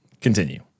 Continue